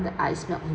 the ice melt